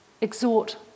exhort